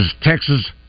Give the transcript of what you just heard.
Texas